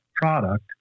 product